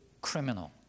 criminal